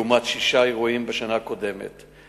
לעומת שישה אירועים בשנה הקודמת.